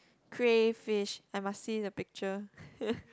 crayfish I must see the picture